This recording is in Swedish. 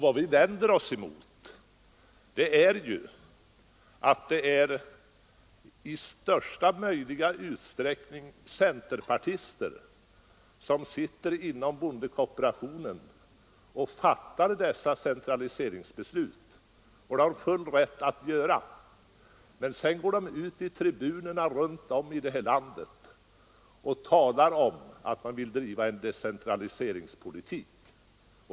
Vad vi vänder oss emot är att det i allra största utsträckning är centerpartister som sitter inom bondekooperationen och fattar dessa centraliseringsbeslut — det har de full rätt att göra — men sedan kliver de upp i tribunerna runt om här i landet och påstår att man vill driva en decentraliseringspolitik.